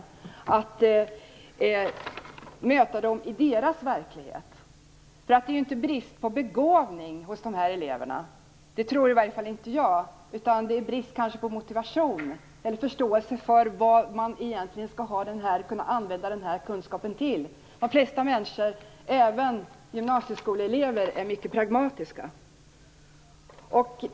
Det gäller alltså att möta eleverna i deras verklighet. Det är ju inte fråga om en brist på begåvning hos de här eleverna. Det tror i varje fall inte jag, utan det är kanske fråga om en brist på motivation eller på förståelse för vad kunskapen i fråga kan användas till. De flesta, även gymnasieskoleelever, är mycket pragmatiska.